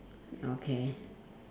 okay